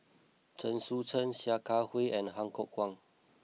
Chen Sucheng Sia Kah Hui and Han Fook Kwang